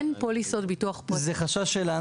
אין פוליסות ביטוח פרטיות --- זה חשש שלנו,